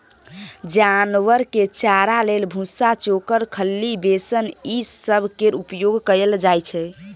जानवर के चारा लेल भुस्सा, चोकर, खल्ली, बेसन ई सब केर उपयोग कएल जाइ छै